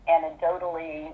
Anecdotally